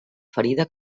ferida